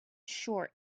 short